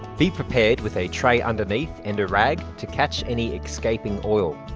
be prepared with a tray underneath and a rag to catch any escaping oil